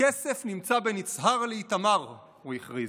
הכסף נמצא בין יצהר לאיתמר, הוא הכריז.